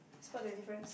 spot the difference